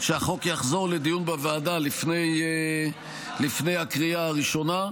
שהחוק יחזור לדיון בוועדה לפני הקריאה הראשונה.